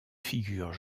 figurent